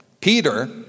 Peter